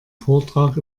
vortrag